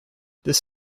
this